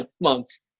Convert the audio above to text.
months